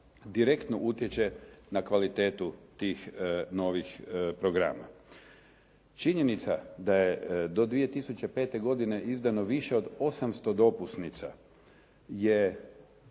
direktno utječe na kvalitetu tih novih programa. Činjenica da je do 2005. godine izdano više od 800 dopusnica je